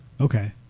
Okay